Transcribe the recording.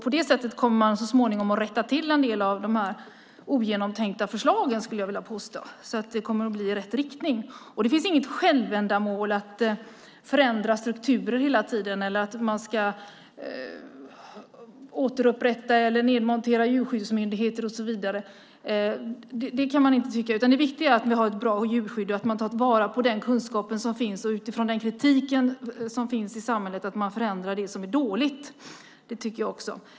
På det sättet kommer man så småningom att rätta till en del av de här ogenomtänkta förslagen, så att det går i rätt riktning. Det finns inget självändamål att förändra strukturer hela tiden, att återupprätta eller nedmontera djurskyddsmyndigheter och så vidare. Det viktiga är att vi har ett bra djurskydd och att man tar till vara den kunskap som finns och utifrån kritik i samhället förändrar det som är dåligt.